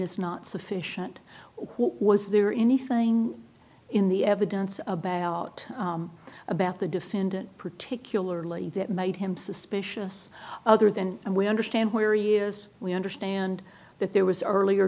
is not sufficient was there anything in the evidence about about the defendant particularly that made him suspicious other than and we understand where you are as we understand that there was earlier